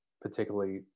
particularly